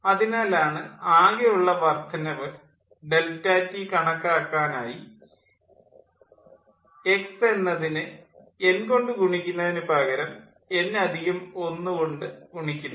അതിനാലാണ് ആകെയുള്ള വർദ്ധനവ് ∆T കണക്കാക്കാനായി എക്സ് എന്നതിനെ n കൊണ്ട് ഗുണിക്കുന്നതിന് പകരം n1 കൊണ്ട് ഗുണിക്കുന്നത്